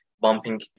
bumping